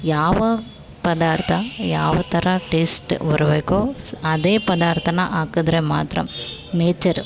ಯಾವ ಪದಾರ್ಥ ಯಾವ ಥರ ಟೇಸ್ಟ್ ಬರಬೇಕೋ ಸ್ ಅದೇ ಪದಾರ್ಥನ ಹಾಕಿದ್ರೆ ಮಾತ್ರ ನೇಚರ್